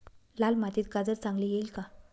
लाल मातीत गाजर चांगले येईल का?